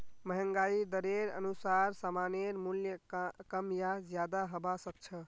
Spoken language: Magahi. महंगाई दरेर अनुसार सामानेर मूल्य कम या ज्यादा हबा सख छ